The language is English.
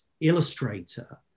illustrator